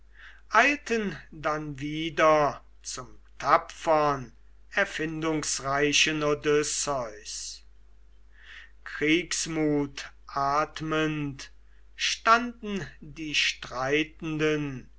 eilten dann wieder zum tapfern erfindungsreichen odysseus kriegsmut atmend standen die streitenden